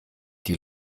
die